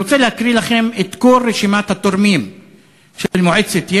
אני רוצה להקריא לכם את כל רשימת התורמים של מועצת יש"ע,